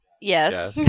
Yes